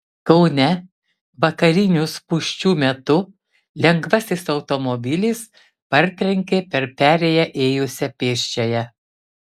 kaune vakarinių spūsčių metu lengvasis automobilis partrenkė per perėją ėjusią pėsčiąją